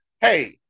Hey